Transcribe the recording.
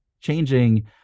changing